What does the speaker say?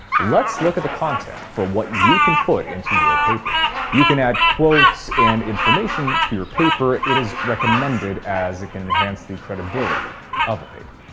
let's look at the content for what you can put into your paper you can add quotes and information to your paper it is recommended as it can enhance the credibility of a paper.